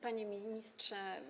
Panie Ministrze!